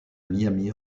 miami